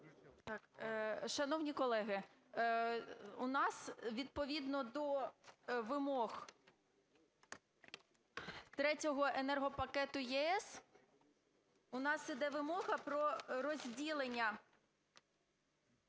Шановні колеги, у нас відповідно до вимог Третього енергопакету ЄС, у нас іде вимога про розділення